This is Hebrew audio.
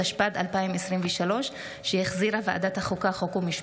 התשפ"ד 2023, שהחזירה ועדת החוקה, חוק ומשפט.